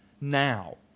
now